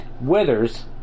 withers